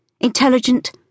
intelligent